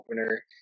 opener